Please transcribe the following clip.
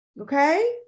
Okay